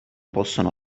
possono